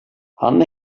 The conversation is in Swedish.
han